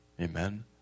Amen